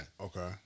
Okay